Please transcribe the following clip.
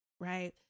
right